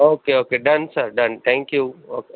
okay okay done sir done thank you okay